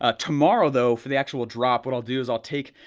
ah tomorrow though, for the actual drop what i'll do is i'll take,